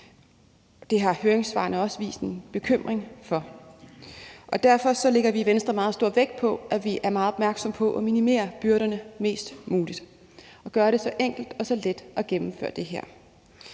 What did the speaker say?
det har høringssvarene også vist en bekymring for. Derfor lægger vi i Venstre meget stor vægt på, at vi er meget opmærksomme på at minimere byrderne mest muligt og gøre det så enkelt og så let at gennemføre det her